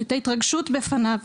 את ההתרגשות בפניו.